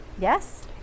Yes